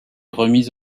remise